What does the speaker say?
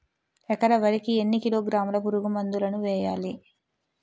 ఎకర వరి కి ఎన్ని కిలోగ్రాముల పురుగు మందులను వేయాలి?